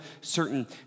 certain